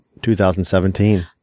2017